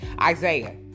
Isaiah